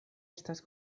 estas